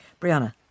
Brianna